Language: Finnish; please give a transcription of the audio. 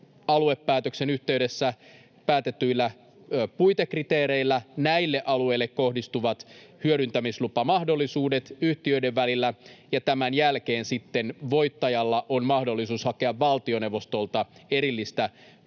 aluepäätöksen yhteydessä päätetyillä puitekriteereillä näille alueille kohdistuvat hyödyntämislupamahdollisuudet yhtiöiden välillä. Ja tämän jälkeen sitten voittajalla on mahdollisuus hakea valtioneuvostolta erillistä hyödyntämisoikeutta,